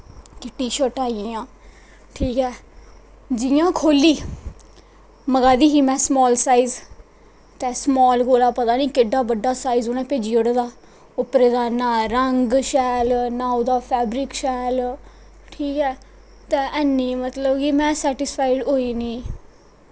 T शर्टां आई गेईयां ठीक ऐ जि'यां खोह्ल्ली मगांई दी ही में समाल साइज ते समाल कोला दा पता निं केह्ड्डा बड्डा साइज उ'नै भेज्जे दा उप्परे दा ना उं'दा रंग शैल ना फैबरिक शैल ते ऐनी मतलब में सैटिस्फाइड होई नेईं